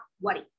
worry